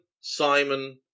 Simon